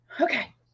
okay